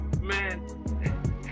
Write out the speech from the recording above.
man